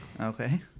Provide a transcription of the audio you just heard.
okay